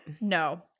No